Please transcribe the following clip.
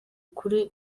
kuri